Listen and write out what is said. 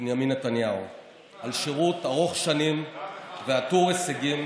בנימין נתניהו, על שירות ארוך שנים ועטור הישגים